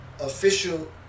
official